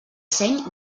seny